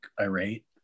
irate